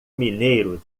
mineiro